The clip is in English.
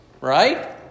right